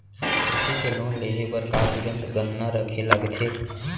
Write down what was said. खेती के लोन लेहे बर का तुरंत गहना रखे लगथे?